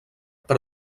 per